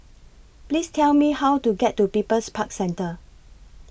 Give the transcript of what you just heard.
Please Tell Me How to get to People's Park Centre